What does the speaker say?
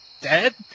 Dead